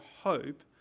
hope